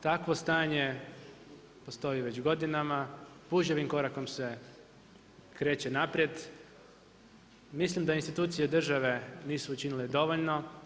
Takvo stanje postoji već godinama, puževim korakom se kreće naprijed i mislim da institucije države nisu učinile dovoljno.